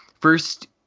First